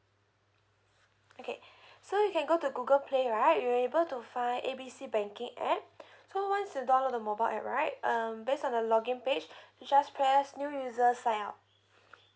okay so you can go to Google play right you'll able to find A B C banking app so once you download the mobile app right um based on the log-in page you just press new users sign up